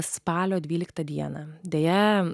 spalio dvyliktą dieną deja